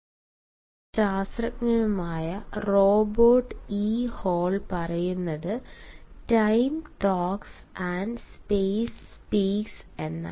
പ്രശസ്ത മനശാസ്ത്രജ്ഞരിൽ ഒരാളും നരവംശശാസ്ത്രജ്ഞനുമായ റോബർട്ട് ഇ ഹാൾ പറയുന്നത് "Time talks and space speaks" എന്നാണ്